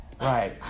Right